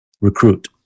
recruit